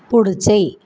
पुढचे